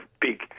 big